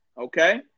okay